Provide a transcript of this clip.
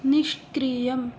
निष्क्रियम्